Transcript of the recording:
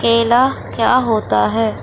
کیلا کیا ہوتا ہے